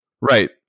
Right